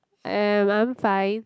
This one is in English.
eh I'm fine